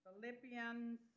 Philippians